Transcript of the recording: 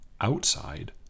outside